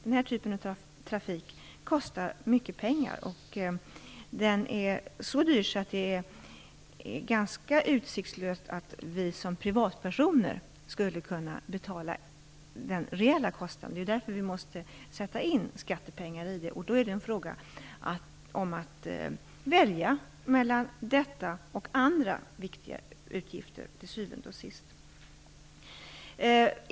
Den här typen av trafik kostar mycket pengar. Den är så dyr att det är ganska utsiktslöst att vi som privatpersoner skulle kunna betala den reella kostnaden. Det är därför vi måste sätta in skattepengar. Det är då till syvende och sist fråga om att välja mellan detta och andra viktiga utgifter.